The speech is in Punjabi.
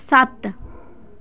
ਸੱਤ